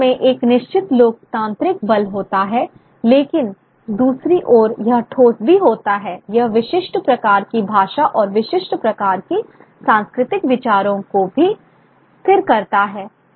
तो प्रिंट में एक निश्चित लोकतांत्रिक बल होता है लेकिन दूसरी ओर यह ठोस भी होता है यह विशिष्ट प्रकार की भाषा और विशिष्ट प्रकार की सांस्कृतिक विचार को भी स्थिर करता है